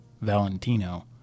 Valentino